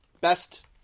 Best